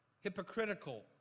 hypocritical